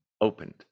opened